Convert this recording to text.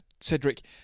Cedric